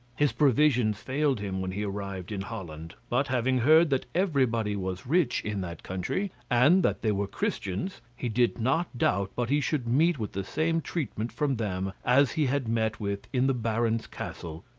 his provisions failed him when he arrived in holland but having heard that everybody was rich in that country, and that they were christians, he did not doubt but he should meet with the same treatment from them as he had met with in the baron's castle,